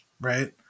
right